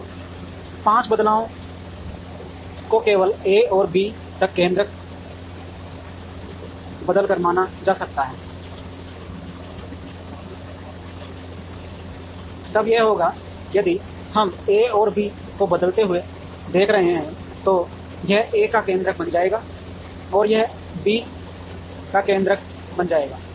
तो 5 बदलावों को केवल A से B तक केन्द्रक बदलकर माना जा सकता है तब यह होगा यदि हम A और B को बदलते हुए देख रहे हैं तो यह A का केंद्रक बन जाएगा यह B का केंद्रक बन जाएगा